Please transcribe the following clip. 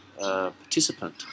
participant